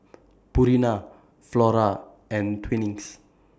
Purina Flora and Twinings